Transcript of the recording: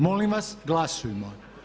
Molim vas glasujmo.